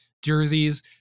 jerseys